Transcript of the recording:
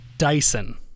Dyson